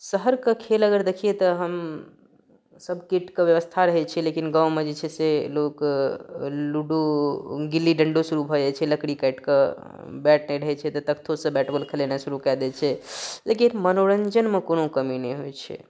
शहरके खेल अगर देखियै तऽ हम सब कीट के व्यवस्था रहै छै लेकिन गाँव मे जे छै से लोक लूडो गिल्ली डंडो शुरू भऽ जाइ छै लकड़ी काटि कऽ बैट नहि रहै छै तऽ तख्तो सऽ खेलनाइ शुरू कए दै छै लेकिन मनोरंजन मे कोनो कमी नहि होइ छै